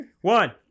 One